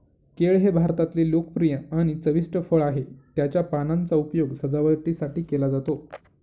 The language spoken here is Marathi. केळ हे भारतातले लोकप्रिय आणि चविष्ट फळ आहे, त्याच्या पानांचा उपयोग सजावटीसाठी केला जातो